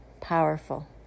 powerful